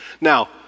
Now